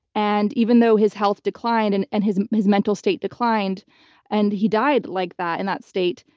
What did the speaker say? and even though his health declined and and his his mental state declined and he died like that in that state,